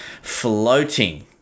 floating